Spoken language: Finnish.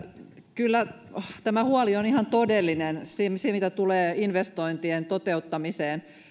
kyllä tämä huoli on ihan todellinen mitä tulee investointien toteuttamiseen